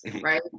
right